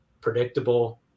predictable